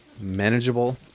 manageable